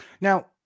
Now